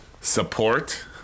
support